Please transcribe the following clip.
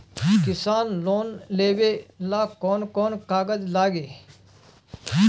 किसान लोन लेबे ला कौन कौन कागज लागि?